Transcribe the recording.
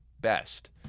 best